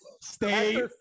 Stay